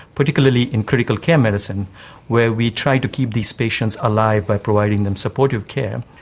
particularly in critical care medicine where we try to keep these patients alive by providing them supportive care,